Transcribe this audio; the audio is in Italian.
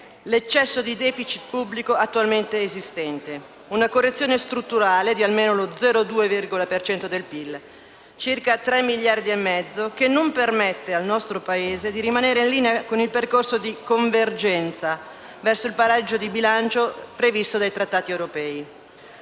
l'eccesso di *deficit* pubblico attualmente esistente; una correzione strutturale di almeno lo 0,2 per cento del PIL (circa 3,5 miliardi) che non permette al nostro Paese di rimanere in linea con il percorso di convergenza verso il pareggio di bilancio previsto dai trattati europei.